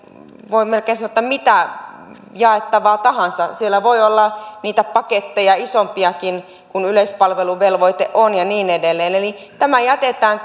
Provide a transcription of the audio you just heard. voi melkein sanoa mitä jaettavaa tahansa siellä voi olla niitä paketteja isompiakin kuin yleispalveluvelvoite on ja niin edelleen eli tämä jätetään